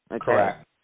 Correct